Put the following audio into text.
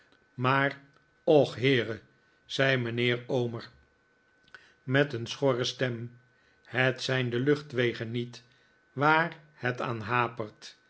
maar och heere zei mijnheer omer met een schorre stem het zijn de luchtwegen niet waar het aan hapert